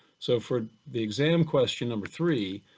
so for the exam question, number three,